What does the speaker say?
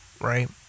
right